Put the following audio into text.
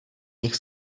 nich